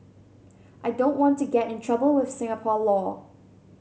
I don't want to get in trouble with Singapore law